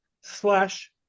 slash